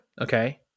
okay